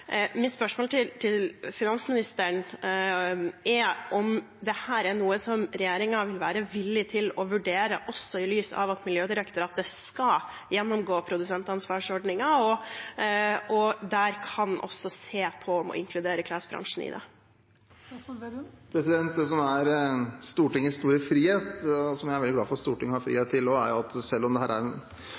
Mitt spørsmål til finansministeren er om dette er noe regjeringen vil være villig til å vurdere, også i lys av at Miljødirektoratet skal gjennomgå produsentansvarsordningen, og der også se på om en kan inkludere klesbransjen i det. Det som er Stortingets store frihet, og som jeg er veldig glad for at Stortinget har frihet til, er at man selv om dette er